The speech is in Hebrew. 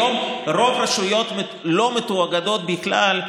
היום רוב הרשויות שלא מתואגדות בכלל,